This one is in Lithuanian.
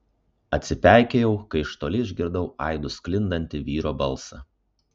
atsipeikėjau kai iš toli išgirdau aidu sklindantį vyro balsą